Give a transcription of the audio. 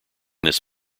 this